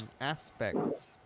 aspects